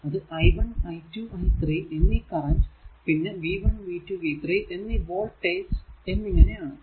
അത് i 1 i2 i 3 എന്നീ current പിന്നെ v 1 v 2 v 3 എന്നീ വോൾടേജ് എന്നിങ്ങനെ ആണ്